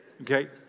Okay